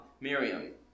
Miriam